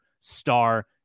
star